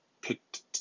picked